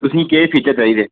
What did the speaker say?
तुसेंगी केह् केह् फीचर चाहिदे